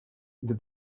the